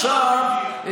רק לפני חודש, טראמפ הגיע.